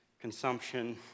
consumption